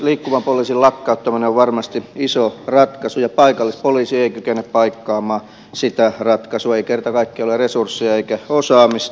liikkuvan poliisin lakkauttaminen on varmasti iso ratkaisu ja paikallispoliisi ei kykene paikkaamaan sitä ratkaisua ei kerta kaikkiaan ole resursseja eikä osaamista